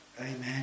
Amen